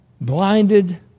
blinded